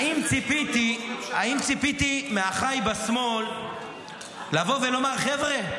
האם ציפיתי מאחיי בשמאל לבוא ולומר: חבר'ה,